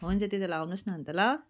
हुन्छ त्यति बेला आउनुहोस् न अन्त ल